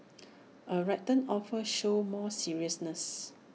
A written offer shows more seriousness